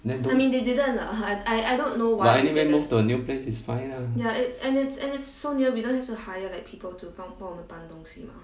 then don't but anyway move to a new place is fine ah